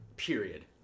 period